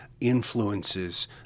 influences